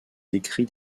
écrits